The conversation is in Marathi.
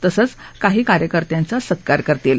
तसंच काही कार्यकर्त्यांचा सत्कार करतील